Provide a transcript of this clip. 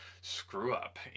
screw-up